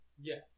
Yes